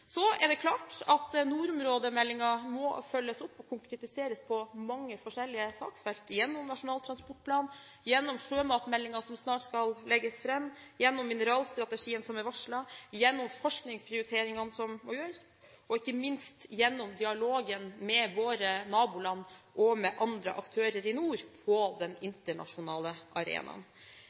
Så er det klart at nordområdemeldingen må følges opp og konkretiseres på mange forskjellige saksfelt – gjennom Nasjonal transportplan, gjennom sjømatmeldingen som snart skal legges fram, gjennom mineralstrategien som er varslet, gjennom forskningsprioriteringene som må gjøres, og ikke minst gjennom dialogen med våre naboland og med andre aktører i nord – på den internasjonale arenaen.